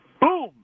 boom